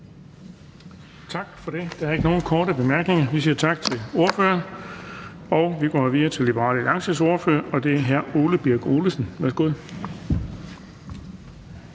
ordføreren. Der er ikke nogen korte bemærkninger. Vi går videre til Liberal Alliances ordfører, og det er hr. Ole Birk Olesen. Værsgo.